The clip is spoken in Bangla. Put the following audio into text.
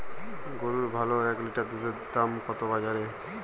গরুর ভালো এক লিটার দুধের দাম কত বাজারে?